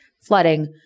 flooding